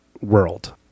world